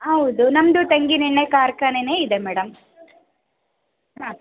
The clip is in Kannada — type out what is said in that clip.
ಹೌದು ನಮ್ಮದು ತೆಂಗಿನೆಣ್ಣೆ ಕಾರ್ಖಾನೆಯೇ ಇದೆ ಮೇಡಮ್ ಹಾಂ